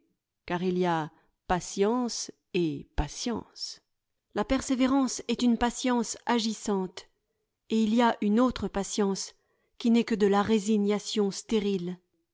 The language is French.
car il y a patience et patience la persévérance est une patience agissante et il y a une autre patience qui n'est que de la résignation stérile